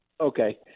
okay